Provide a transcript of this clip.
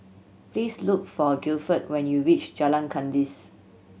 please look for Guilford when you reach Jalan Kandis